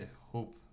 hope